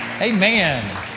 Amen